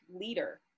leader